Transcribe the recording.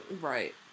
right